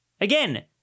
Again